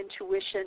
intuition